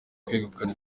kwegukana